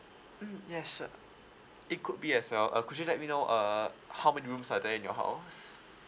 mm yeah sure it could be as well uh could you let me know uh how many rooms are there in your house